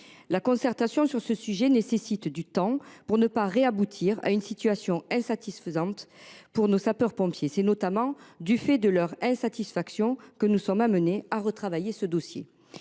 La concertation sur ce sujet nécessite du temps : il ne faut pas aboutir de nouveau à une situation insatisfaisante pour nos sapeurs pompiers. C’est notamment du fait de l’insatisfaction de ces derniers que nous sommes amenés à retravailler ce dossier.